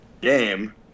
game